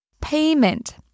Payment